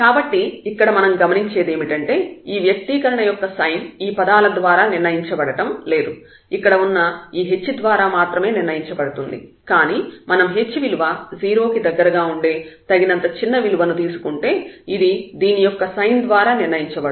కాబట్టి ఇక్కడ మనం గమనించేదేమిటంటే ఈ వ్యక్తీకరణ యొక్క సైన్ ఈ పదాల ద్వారా నిర్ణయించబడటం లేదు ఇక్కడ ఉన్న ఈ h ద్వారా మాత్రమే నిర్ణయించబడుతుంది కానీ మనం h విలువ 0 కి దగ్గరగా ఉండే తగినంత చిన్న విలువను తీసుకుంటే ఇది దీని యొక్క సైన్ ద్వారా నిర్ణయించబడుతుంది